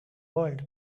world